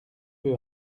peu